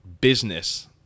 business